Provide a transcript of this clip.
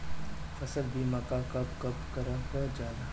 फसल बीमा का कब कब करव जाला?